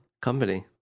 company